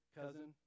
cousin